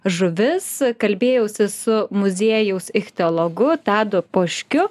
žuvis kalbėjausi su muziejaus ichtiologu tadu poškiu